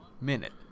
minute